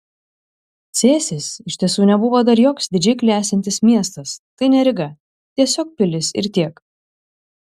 cėsis iš tiesų nebuvo dar joks didžiai klestintis miestas tai ne ryga tiesiog pilis ir tiek